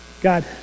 God